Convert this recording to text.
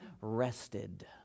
rested